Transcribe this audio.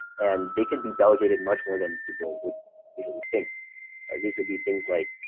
and they can be delegated much more than people would usually think these would be things like